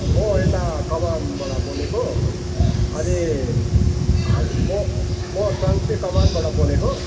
म यता कमानबाट बोलेको अनि हाम् म म साङ्से कमानबाट बोलेको